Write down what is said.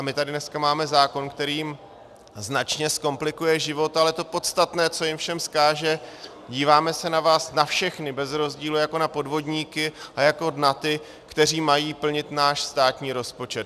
My tady dneska máme zákon, který jim značně zkomplikuje život, ale to podstatné, co jim všem vzkáže: díváme se na vás na všechny bez rozdílu jako na podvodníky a jako na ty, kteří mají plnit náš státní rozpočet.